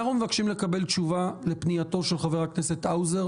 אנחנו מבקשים לקבל תשובה לפנייתו של חבר הכנסת האוזר,